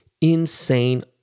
insane